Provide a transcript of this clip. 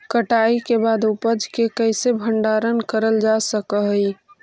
कटाई के बाद उपज के कईसे भंडारण करल जा सक हई?